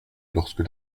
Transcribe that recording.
lorsque